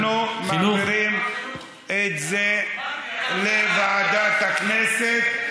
אנחנו מעבירים את זה לוועדת הכנסת.